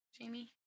Jamie